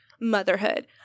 motherhood